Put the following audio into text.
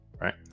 right